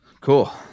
Cool